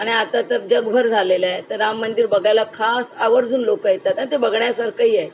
आणि आता तर जगभर झालेलं आहे तर राम मंदिर बघायला खास आवर्जून लोकं येतात आणि ते बघण्यासारखंही